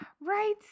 Right